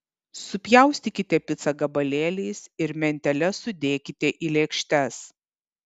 supjaustykite picą gabalėliais ir mentele sudėkite į lėkštes